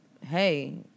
hey